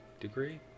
degree